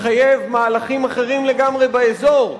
מחייב מהלכים אחרים לגמרי באזור,